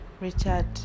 Richard